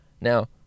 now